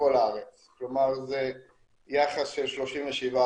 בכל הארץ, כלומר זה יחס של 37%,